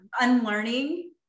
unlearning